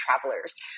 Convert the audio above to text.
travelers